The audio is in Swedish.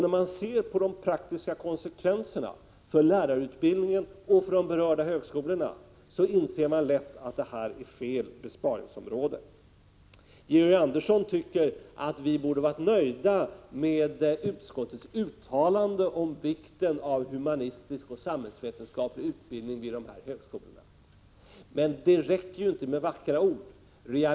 Om man ser på de praktiska konsekvenserna för lärarutbildning en och för de berörda högskolorna inser man lätt att detta är fel besparingsområde. Georg Andersson tycker att vi borde vara nöjda med utskottets uttalande om vikten av humanistisk och samhällsvetenskaplig utbildning på dessa högskolor. Men det räcker inte med vackra ord.